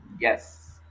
yes